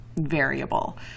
variable